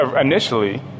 initially